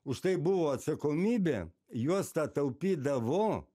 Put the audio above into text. už tai buvo atsakomybė juostą taupydavo